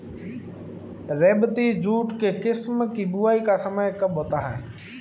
रेबती jute के किस्म की बुवाई का समय कब होता है?